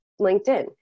LinkedIn